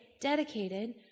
dedicated